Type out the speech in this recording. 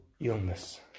illness